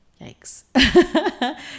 yikes